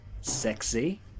Sexy